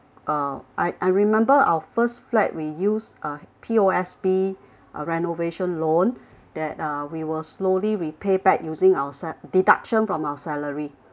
uh I I remember our first flat we use uh P_O_S_B uh renovation loan that uh we will slowly repay back using our sa~ deduction from our salary